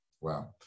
Wow